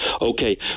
Okay